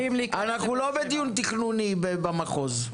אנחנו לא בדיון תכנוני במחוז,